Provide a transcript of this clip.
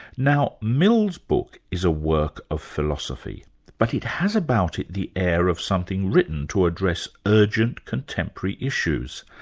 now mill's book is a work of philosophy but it has about it the air of something written to address urgent contemporary issues.